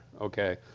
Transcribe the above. Okay